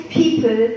people